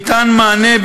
ניתן מענה,